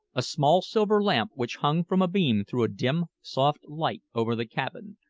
a small silver lamp which hung from a beam threw a dim, soft light over the cabin,